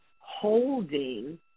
holding